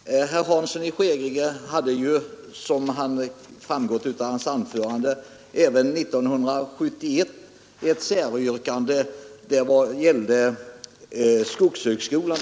Herr talman! Herr Hansson i Skegrie hade, som framgått av hans anförande, även 1971 ett säryrkande. Det gällde vid det tillfället skogshögskolan.